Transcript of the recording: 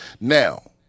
Now